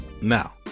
Now